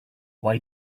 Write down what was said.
why